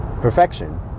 perfection